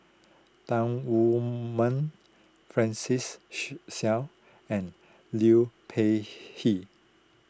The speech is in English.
Tan Wu Meng Francis Seow and Liu Peihe